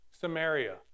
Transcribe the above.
Samaria